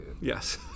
Yes